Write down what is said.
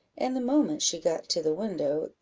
and the moment she got to the window,